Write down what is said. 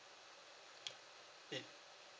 it